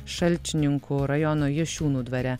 šalčininkų rajono jašiūnų dvare